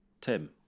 Tim